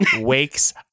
wakes